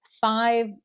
five